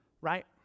right